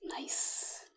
Nice